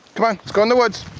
come on, let's go in the woods.